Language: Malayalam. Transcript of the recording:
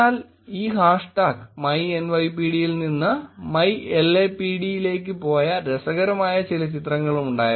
എന്നാൽ ഈ ഹാഷ് ടാഗ് myNYPD ൽ നിന്ന് myLAPD ലേക്ക് പോയ രസകരമായ ചില ചിത്രങ്ങളും ഉണ്ടായിരുന്നു